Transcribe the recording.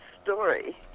story